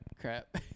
crap